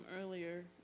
earlier